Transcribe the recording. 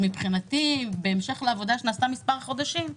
אז מבחינתי בהמשך לעבודה שנעשה מספר חודשים,